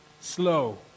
slow